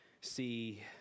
see